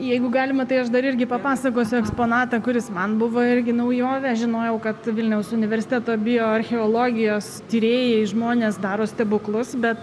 jeigu galima tai aš dar irgi papasakosiu eksponatą kuris man buvo irgi naujovė žinojau kad vilniaus universiteto bioarcheologijos tyrėjai žmonės daro stebuklus bet